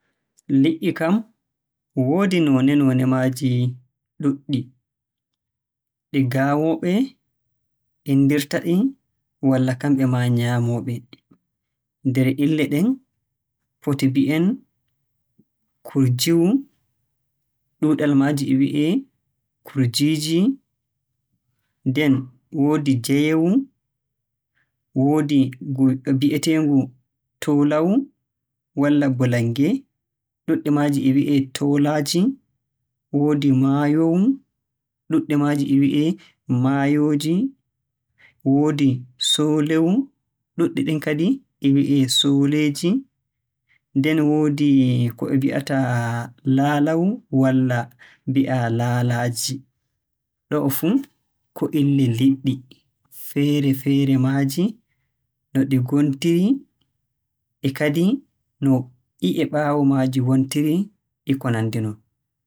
Mi anndi liɗɗi feere feere ɗum yotti guda ɗiɗi ko tati. Mi anndi liɗɗi lope. Liɗɗi lope mi anndi kanjum min ɓuri durugo bo min ɓuri nyamugo sakko haa hotel hotelji pellelji nymande nyamdu. Say bo mi anndi liɗɗi ɗum min nyonata ice fish kanjumbo min ɗo nyama ɗum sosai ngam ɗo butuɗum. Say bo mi anndi liɗɗi min nyonata tilapia. Ɗo fuu min ɗo nyama ɗum masin.